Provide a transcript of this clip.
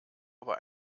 aber